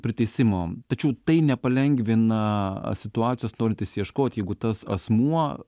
priteisimo tačiau tai nepalengvina situacijos norint išsiieškoti jeigu tas asmuo